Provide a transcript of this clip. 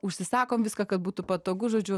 užsisakom viską kad būtų patogu žodžiu